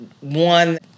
One